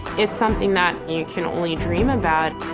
it's something that you can only dream about.